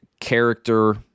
character